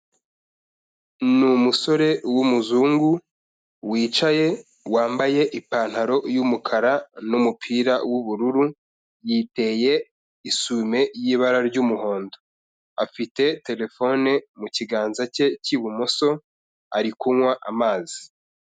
Ni umusore w'umuzungu wicaye wambaye ipantaro y'umukara n'umupira w'ubururu, yiteye isume y'ibara ry'umuhondo, afite telephone mu kiganza cye cy'ibumoso ari kunywa amazi.